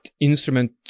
instrument